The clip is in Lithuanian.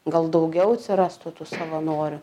gal daugiau atsirastų tų savanorių